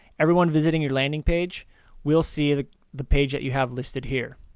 everyone visiting your landing page will see the the page that you have listed here.